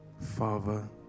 Father